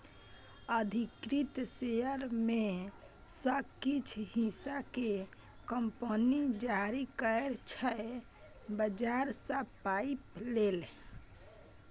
अधिकृत शेयर मे सँ किछ हिस्सा केँ कंपनी जारी करै छै बजार सँ पाइ लेल